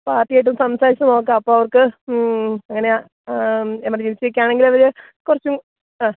പാർട്ടിയായിട്ടൊന്നു സംസാരിച്ചു നോക്കാം അപ്പോള് അവർക്ക് എങ്ങനെയാണ് എമെർജൻസിയൊക്കെയാണെങ്കില് അവര് കുറച്ചും അ